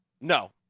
no